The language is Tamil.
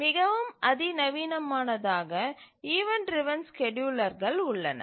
மிகவும் அதிநவீனமானதாக ஈவண்ட் டிரவன் ஸ்கேட்யூலர்கள் உள்ளது